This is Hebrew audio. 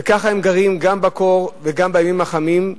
וכך הם גרים גם בקור וגם בימים החמים,